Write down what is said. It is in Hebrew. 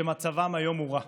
ומצבם היום הורע.